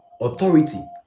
authority